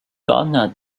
gardner